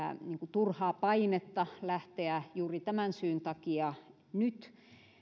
turhaa painetta lähteä juuri tämän syyn takia nyt